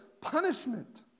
punishment